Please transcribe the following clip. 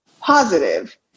positive